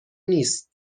نیست